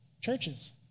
churches